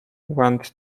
went